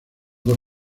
dos